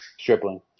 Stripling